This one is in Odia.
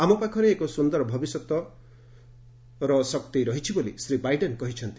ଆମ ପାଖରେ ଏକ ସ୍ୱନ୍ଦର ଭବିଷ୍ୟତ ଶକ୍ତି ରହିଛି ବୋଲି ଶ୍ରୀ ବାଇଡେନ୍ କହିଛନ୍ତି